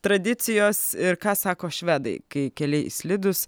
tradicijos ir ką sako švedai kai keliai slidūs